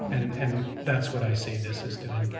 and and that's what i see this as doing.